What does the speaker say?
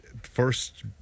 first